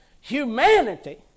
humanity